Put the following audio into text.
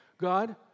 God